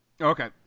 Okay